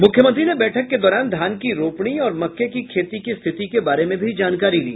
मुख्यमंत्री ने बैठक के दौरान धान की रोपणी और मक्के की खेती की स्थिति के बारे में भी जानकारी ली